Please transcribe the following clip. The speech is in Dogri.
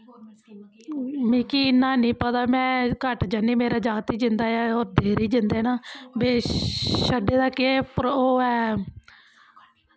मिकी इन्ना हैनी पता में घट्ट जन्नी मेरा जागत ई जंदा ऐ होर देर ही जंदे न बे शड्डे दा केह् उप्पर ओह् होऐ